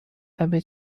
همه